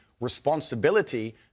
responsibility